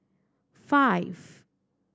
five